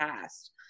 past